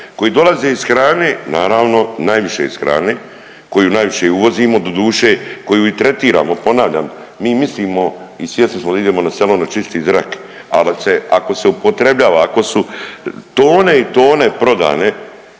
koji dolaze iz hrane, naravno najviše iz hrane koju najviše i uvozimo doduše, koju i tretiramo, ponavljam mi mislimo i svjesni smo da idemo na selo na čisti zrak, ali ako se, ako se upotrebljava, ako su tone i tone prodane